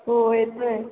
हो येतंय